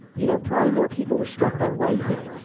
you know, probably more people were struck by lightning.